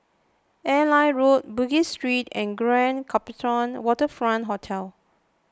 Airline Road Bugis Street and Grand Copthorne Waterfront Hotel